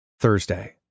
Thursday